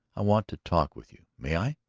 i want to talk with you. may i?